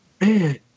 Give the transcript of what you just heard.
man